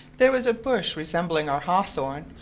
there was a bush resembling our hawthorn,